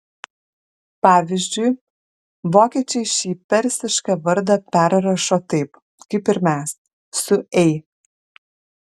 pavyzdžiui vokiečiai šį persišką vardą perrašo taip kaip ir mes su ei